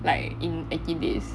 like in eighteen days